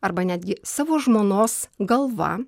arba netgi savo žmonos galva